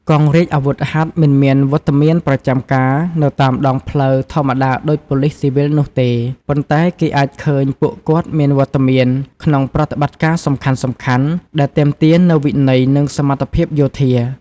កងរាជអាវុធហត្ថមិនមានវត្តមានប្រចាំការនៅតាមដងផ្លូវធម្មតាដូចប៉ូលិសស៊ីវិលនោះទេ ប៉ុន្តែគេអាចឃើញពួកគាត់មានវត្តមានក្នុងប្រតិបត្តិការសំខាន់ៗដែលទាមទារនូវវិន័យនិងសមត្ថភាពយោធា។